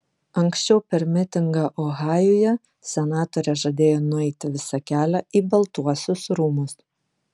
anksčiau per mitingą ohajuje senatorė žadėjo nueiti visą kelią į baltuosius rūmus